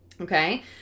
okay